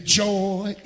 joy